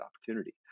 opportunity